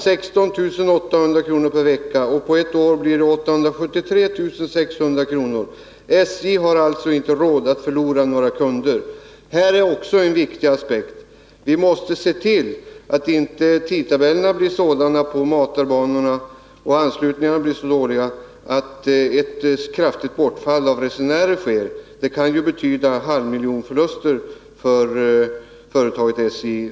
16 800 kronor per vecka och på ett år blir det 873 600 kronor. SJ har alltså inte råd att förlora några kunder.” Detta är också en viktig aspekt. Vi måste se till att inte tidtabellerna blir så dåliga på matarbanorna eller anslutningarna att det sker ett kraftigt bortfall av resenärer. Det kan betyda halvmiljonförluster för företaget SJ.